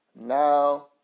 Now